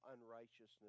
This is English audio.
unrighteousness